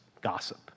gossip